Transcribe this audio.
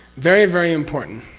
very very important,